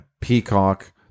Peacock